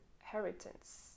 inheritance